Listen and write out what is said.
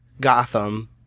Gotham